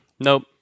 nope